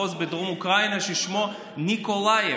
במחוז בדרום אוקראינה ששמו ניקולייב,